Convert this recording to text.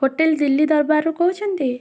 hotel Delhi Darbar ରୁ କହୁଛନ୍ତି